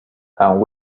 and